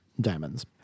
diamonds